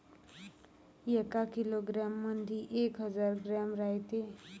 एका किलोग्रॅम मंधी एक हजार ग्रॅम रायते